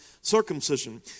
circumcision